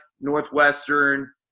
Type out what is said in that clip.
Northwestern